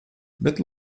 bet